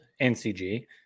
NCG